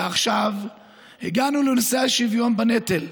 ועכשיו הגענו לנושא השוויון בנטל,